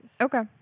okay